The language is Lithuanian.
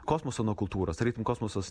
kosmoso nuo kultūros tarytum kosmosas